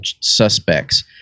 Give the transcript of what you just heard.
Suspects